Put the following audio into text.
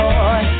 Boy